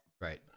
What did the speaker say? Right